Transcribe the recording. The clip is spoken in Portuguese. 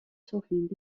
sorrindo